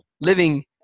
living